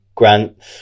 Grant